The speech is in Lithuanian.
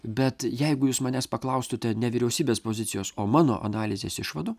bet jeigu jūs manęs paklaustute ne vyriausybės pozicijos o mano analizės išvadų